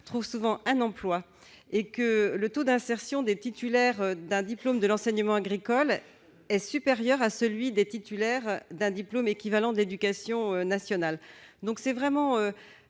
trouvent souvent un emploi : le taux d'insertion des titulaires d'un diplôme de l'enseignement agricole est supérieur à celui des titulaires d'un diplôme équivalent de l'éducation nationale. Ce sujet me tient